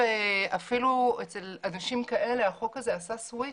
אפילו אצל אנשים כאלה החוק הזה עשה סוויץ'.